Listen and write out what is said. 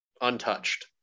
untouched